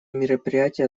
мероприятия